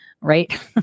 right